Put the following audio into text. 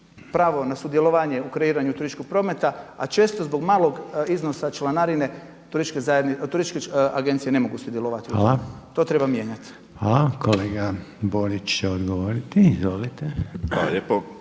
pravo na sudjelovanje u kreiranju turističkog prometa, a često zbog malog iznosa članarine turističke agencije ne mogu sudjelovati u tome. To treba mijenjati. **Reiner, Željko (HDZ)** Hvala. Kolega Borić će odgovoriti. Izvolite. **Borić,